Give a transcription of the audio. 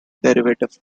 derivative